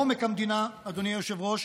בעומק המדינה, אדוני היושב-ראש,